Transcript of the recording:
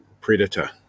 Predator